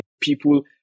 people